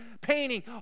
painting